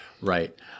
Right